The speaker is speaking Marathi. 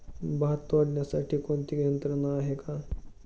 भात तोडण्यासाठी कोणती यंत्रणा आहेत का?